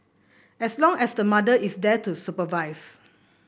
as long as the mother is there to supervise